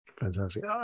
Fantastic